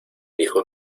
dijo